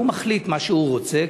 והוא מחליט מה שהוא רוצה,